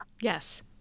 Yes